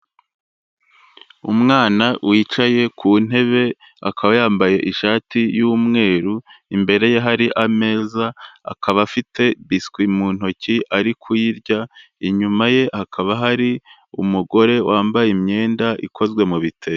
Umwana wicaye ku ntebe akaba yambaye ishati y'umweru, imbere ye hari ameza akaba afite biswi mu ntoki ari kuyirya, inyuma ye hakaba hari umugore wambaye imyenda ikozwe mu bitenge.